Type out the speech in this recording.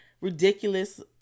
ridiculous